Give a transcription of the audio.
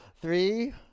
Three